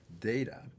data